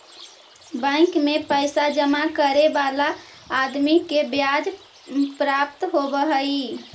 bank में पैसा जमा करे वाला आदमी के ब्याज प्राप्त होवऽ हई